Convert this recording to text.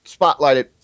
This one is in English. spotlighted